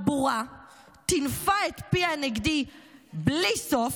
הבורה טינפה את פיה נגדי בלי סוף,